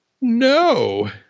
no